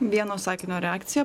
vieno sakinio reakcija